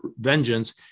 vengeance